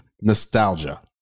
Nostalgia